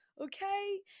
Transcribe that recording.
Okay